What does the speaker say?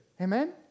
Amen